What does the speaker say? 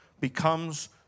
becomes